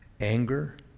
anger